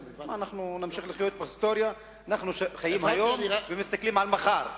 אנחנו חיים היום ומסתכלים על מחר.